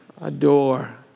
adore